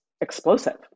explosive